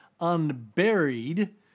unburied